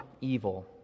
evil